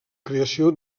creació